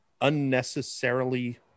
unnecessarily